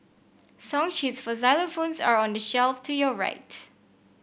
song sheets for xylophones are on the shelf to your right